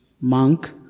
monk